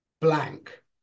Blank